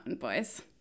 Boys